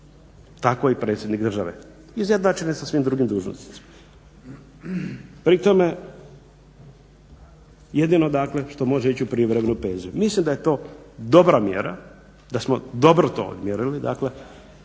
tako i predsjednik države, izjednačen je sa svim drugim dužnosnicima. Pri tome jedino dakle što može ići u …/Govornik se ne razumije./… mislim da je to dobra mjera, da samo dobro to odmjerili